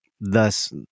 thus